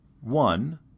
One